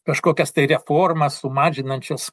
kažkokias tai reformas sumažinančias